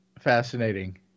fascinating